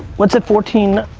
what's it, fourteen